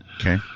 Okay